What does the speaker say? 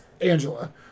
Angela